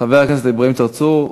חבר הכנסת אברהים צרצור,